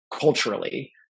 culturally